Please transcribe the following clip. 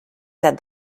said